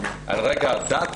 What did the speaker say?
על רקע דת,